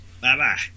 Bye-bye